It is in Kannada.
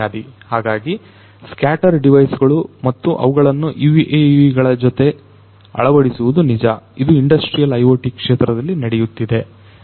ಹಾಗಾಗಿ ಸ್ಕ್ಯಾಟರ್ ಡಿವೈಸ್ ಗಳು ಮತ್ತು ಅವುಗಳನ್ನು UAV ಗಳ ಜೊತೆಗೆ ಅಳವಡಿಸುವುದು ನಿಜ ಇದು ಇಂಡಸ್ಟ್ರಿಯಲ್ IoT ಕ್ಷೇತ್ರದಲ್ಲಿ ನಡೆಯುತ್ತಿದೆ